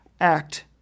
act